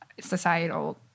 societal